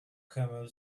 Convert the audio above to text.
camel